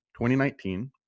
2019